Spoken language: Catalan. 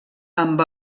amb